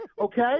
okay